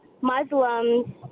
Muslims